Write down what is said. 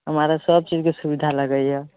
हमरा तऽ सब चीजके सुविधा लगैए